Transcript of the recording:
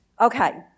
Okay